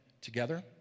together